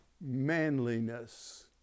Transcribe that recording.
manliness